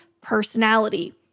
personality